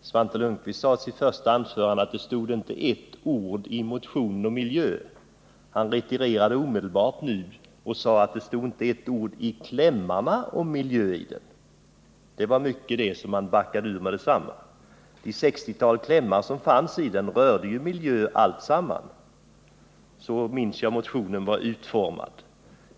Svante Lundkvist sade i sitt första anförande att det inte stod ett enda ord om miljö i motionen. Nu retirerade han och sade att det inte stod ett ord om miljö i klämmarna i motionen. Det var mycket som han backade ur på en gång! Det sextiotal klämmar som fanns i motionen rörde sig allesamman om miljö — så minns jag att motionen var utformad.